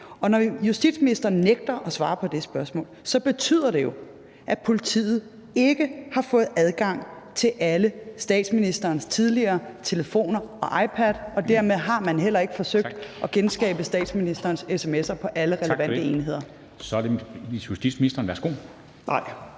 når justitsministeren nægter at svare på det spørgsmål, betyder det jo, at politiet ikke har fået adgang til alle statsministerens tidligere telefoner og iPads, og dermed har man heller ikke forsøgt at genskabe statsministerens sms'er på alle relevante enheder.